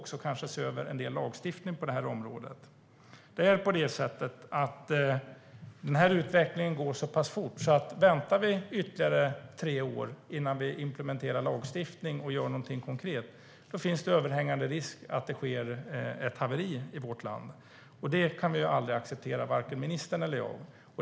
Kanske behöver även en del lagstiftning ses över på det här området. Den här utvecklingen går så pass fort att om vi väntar ytterligare tre år innan vi implementerar lagstiftning och gör någonting konkret finns det överhängande risk att det sker ett haveri i vårt land. Det kan vi aldrig acceptera, varken ministern eller jag.